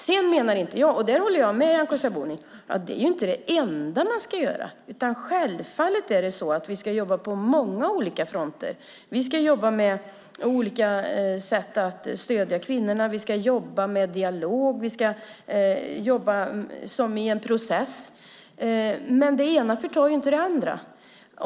Sedan menar inte jag - där håller jag med Nyamko Sabuni - att det är det enda man ska göra. Självfallet ska vi jobba på många olika fronter. Vi ska jobba med olika sätt att stödja kvinnorna. Vi ska jobba med dialog. Vi ska jobba i en process. Men det ena förtar inte det andra.